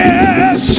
Yes